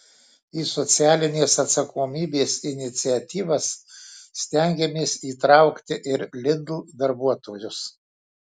į socialinės atsakomybės iniciatyvas stengiamės įtraukti ir lidl darbuotojus